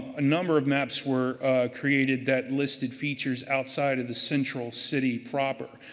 a number of maps were created that listed features outside of the central city proper.